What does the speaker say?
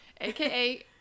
aka